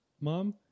mom